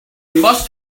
must